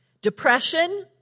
Depression